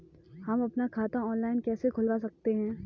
हम अपना खाता ऑनलाइन कैसे खुलवा सकते हैं?